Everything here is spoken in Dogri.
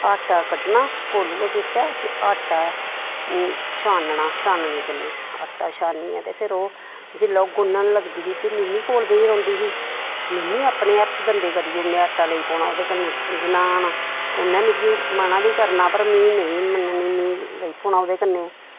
आटा कड्ढना कोह्लूआ बिच्चा ते आटा छानना छाननी कन्नै आटा छानियै ते फिर ओह् जेल्लै ओह् गुनन लगदी ही ते ते मिमी कोल बेही रौहंदी ही मिमी अपने हत्थ गंदे करी औने आटा लग्गी पौना ओह्दे कन्नै गनान उ'नें मिगी मना बी करना पर में नेई मनन्नी में लेई पौना ओह्दे कन्नै